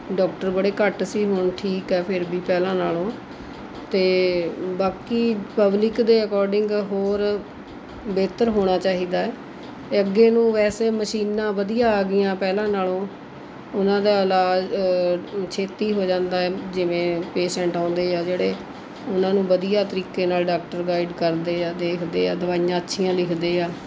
doctor ਬੜੇ ਘੱਟ ਸੀ ਹੁਣ ਠੀਕ ਹੈ ਫੇਰ ਵੀ ਪਹਿਲਾਂ ਨਾਲੋਂ ਅਤੇ ਬਾਕੀ ਪਬਲਿਕ ਦੇ ਐਕੋਰਡਿੰਗ ਹੋਰ ਬਿਹਤਰ ਹੋਣਾ ਚਾਹੀਦਾ ਹੈ ਅਤੇ ਅੱਗੇ ਨੂੰ ਵੈਸੇ ਮਸ਼ੀਨਾਂ ਵਧੀਆ ਆ ਗਈਆਂ ਪਹਿਲਾਂ ਨਾਲੋਂ ਉਹਨਾਂ ਦਾ ਇਲਾਜ ਛੇਤੀ ਹੋ ਜਾਂਦਾ ਹੈ ਜਿਵੇਂ ਪੇਸ਼ੈਂਟ ਆਉਂਦੇ ਹੈ ਜਿਹੜੇ ਉਹਨਾਂ ਨੂੰ ਵਧੀਆ ਤਰੀਕੇ ਨਾਲ ਡਾਕਟਰ ਗਾਈਡ ਕਰਦੇ ਹੈ ਦੇਖਦੇ ਹੈ ਦਵਾਈਆਂ ਅੱਛੀਆਂ ਲਿਖਦੇ ਹੈ